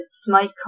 Smite